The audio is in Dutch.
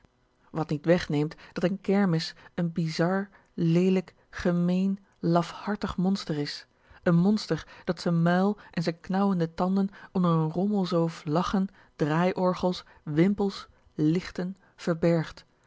wat niet weg neemt dat eene kermis een bizar leelijk gemeen lafhartig monster is een monster dat z'n muil en z'n knauwende tanden onder n rommelzoo vlaggen draaiorgels wimpels lichten verbergt